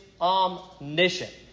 omniscient